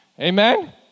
Amen